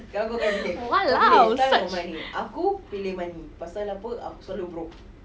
!walao! such